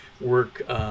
work